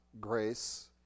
grace